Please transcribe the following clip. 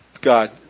God